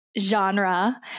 genre